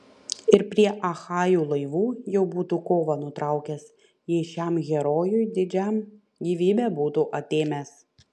ir prie achajų laivų jau būtų kovą nutraukęs jei šiam herojui didžiam gyvybę būtų atėmęs